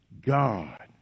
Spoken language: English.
God